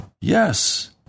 yes